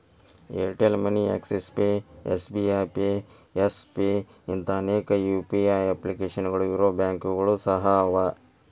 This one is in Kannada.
Airtel money Axis pay SBI pay yes pay ಇಂಥಾ ಅನೇಕ ಯು.ಪಿ.ಐ ಅಪ್ಲಿಕೇಶನ್ಗಳು ಇರೊ ಬ್ಯಾಂಕುಗಳು ಸಹ ಅವ